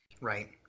right